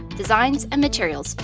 designs, and materials,